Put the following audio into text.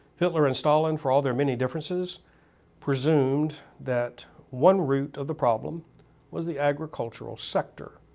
hitler and stalin for all their many differences presumed that one root of the problem was the agricultural sector,